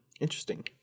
Interesting